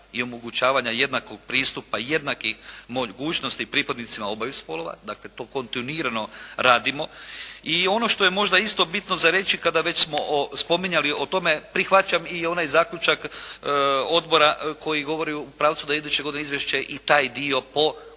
i omogućavanja jednakog pristupa jednakih mogućnosti pripadnicima obaju spolova. Dakle, to kontinuirano radimo. I ono što je možda isto bitno za reći, kada već smo spominjali o tome, prihvaćam i onaj zaključak odbora koji govori u pravcu da iduće godine izvješće i taj dio … /Govornik